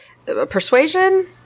Persuasion